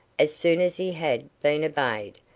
as soon as he had been obeyed,